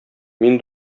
мин